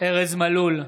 ארז מלול,